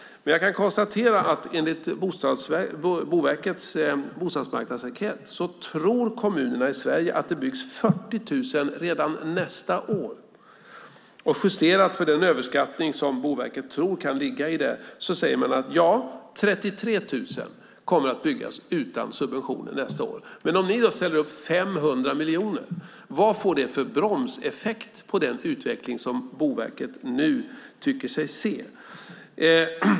Men jag kan konstatera att enligt Boverkets bostadsmarknadsenkät tror kommunerna i Sverige att det byggs 40 000 redan nästa år. Justerat för den överskattning som Boverket tror kan ligga i det säger man att 33 000 kommer att byggas utan subventioner nästa år. Om ni då ställer upp 500 miljoner, vad får det för bromseffekt för den utveckling som Boverket nu tycker sig se?